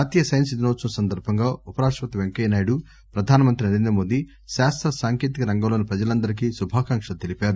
జాతీయ సైన్స్ దినోత్సవం సందర్బంగా ఉప రాష్టపతి పెంకయ్యనాయుడు ప్రధానమంత్రి నరేంద్రమోదీ శాస్త సాంకేతిక రంగంలోని ప్రజలందరికీ శుభాకాంక్షలు తెలిపారు